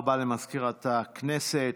תודה רבה למזכירת הכנסת.